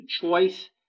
choice